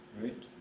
right